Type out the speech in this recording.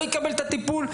לא יקבל את הטיפול.